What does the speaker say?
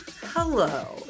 hello